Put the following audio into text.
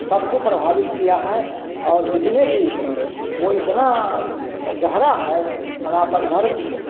सबको प्रभावित किया है और जितने भी वह इतना गहरा है सनातन धर्म